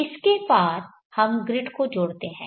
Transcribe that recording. अब इसके पार हम ग्रिड को जोड़ते हैं